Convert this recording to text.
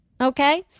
Okay